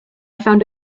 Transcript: found